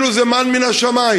כאילו זה מָן מן השמים.